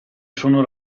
sono